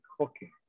cooking